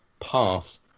pass